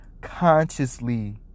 consciously